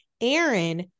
Aaron